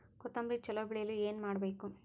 ಕೊತೊಂಬ್ರಿ ಚಲೋ ಬೆಳೆಯಲು ಏನ್ ಮಾಡ್ಬೇಕು?